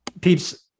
Peeps